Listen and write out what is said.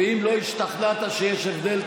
ואם לא השתכנעת שיש הבדל,